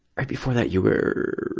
right before that, you were,